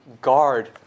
guard